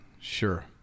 sure